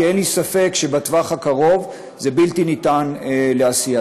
כי אין לי ספק שבטווח הקרוב זה בלתי ניתן לעשייה.